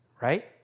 right